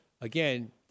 again